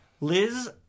Liz